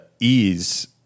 ease